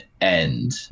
end